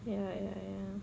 ya ya ya